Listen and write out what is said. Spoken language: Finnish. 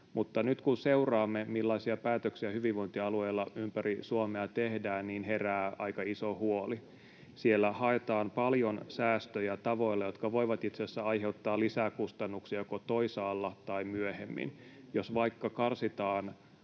Mutta nyt kun seuraamme, millaisia päätöksiä hyvinvointialueilla ympäri Suomea tehdään, niin herää aika iso huoli. Siellä haetaan paljon säästöjä tavoilla, jotka voivat itse asiassa aiheuttaa lisää kustannuksia joko toisaalla tai myöhemmin. Jos vaikka karsitaan